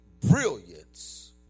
brilliance